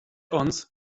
ons